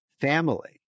family